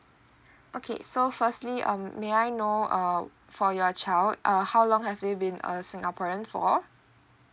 okay so firstly um may I know uh for your child uh how long have they been a singaporean for